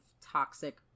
toxic